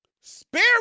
spare